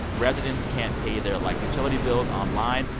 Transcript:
residents can't pay their, like, utility bills online.